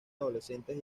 adolescentes